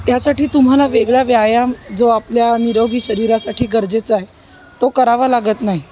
त्यासाठी तुम्हाला वेगळा व्यायाम जो आपल्या निरोगी शरीरासाठी गरजेचा आहे तो करावा लागत नाही